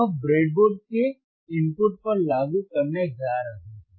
वह ब्रेडबोर्ड के इनपुट पर लागू करने जा रहा है